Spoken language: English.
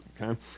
okay